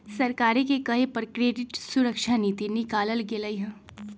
सरकारे के कहे पर क्रेडिट सुरक्षा नीति निकालल गेलई ह